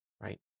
right